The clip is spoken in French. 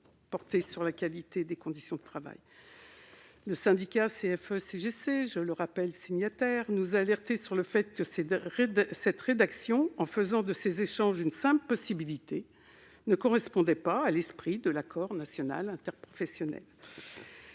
porter sur la qualité des conditions de travail. Le syndicat CFE-CGC, signataire de l'ANI, nous a alertés sur le fait que cette rédaction, en faisant de ces échanges une simple possibilité, ne traduisait pas l'esprit de l'accord national interprofessionnel,